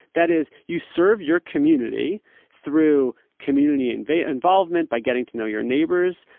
that is, you serve your community through community and veidt involvement by getting to know your neighbors,